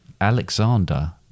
Alexander